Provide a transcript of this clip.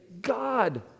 God